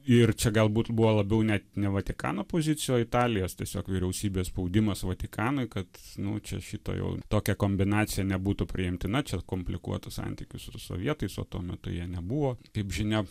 ir čia galbūt buvo labiau net ne vatikano pozicija o italijos tiesiog vyriausybės spaudimas vatikanui kad nu čia šito jau tokia kombinacija nebūtų priimtina čia komplikuot tuos santykius su sovietais o tuo metu jie nebuvo kaip žinia